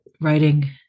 writing